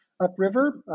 upriver